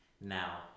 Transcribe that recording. Now